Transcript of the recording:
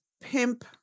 pimp